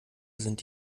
sind